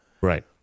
Right